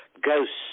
ghosts